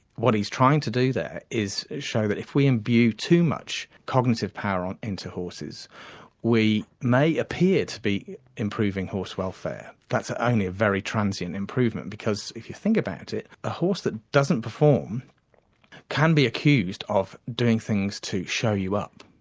what he is trying to do there is is show that if we imbue too much cognitive power into horses we may appear to be improving horse welfare, that is so only a very transient improvement because if you think about it a horse that doesn't perform can be accused of doing things to show you up,